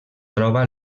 troba